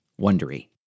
wondery